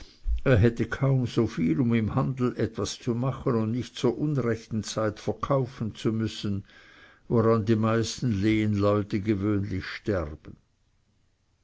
er hätte kaum so viel um im handel etwas zu machen und nicht zur unrechten zeit verkaufen zu müssen woran die meisten lehnleute gewöhnlich sterben